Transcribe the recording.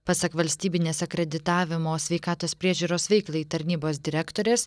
pasak valstybinės akreditavimo sveikatos priežiūros veiklai tarnybos direktorės